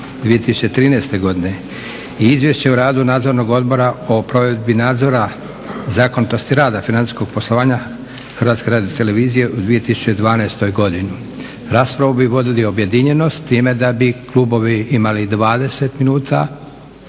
2013.; e/ Izvješće o radu Nadzornog odbora o provedbi nadzora zakonitosti rada i financijskog poslovanja HRT-a u 2012. godini; Raspravu bi vodili objedinjeno, s time da bi klubovi imali 20 minuta